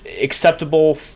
acceptable